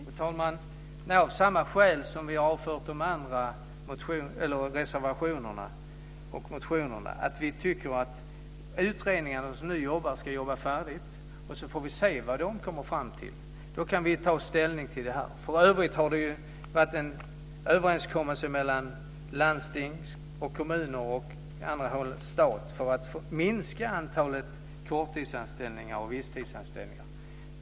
Fru talman! Det är av samma skäl som vi har avfört de andra reservationerna och motionerna. Vi tycker att de utredningar som nu jobbar ska jobba färdigt. Vi får se vad de kommer fram till, och då kan vi ta ställning till det här. För övrigt har det varit en överenskommelse mellan landsting och kommuner och även staten för att minska antalet korttidsanställningar och visstidsanställningar.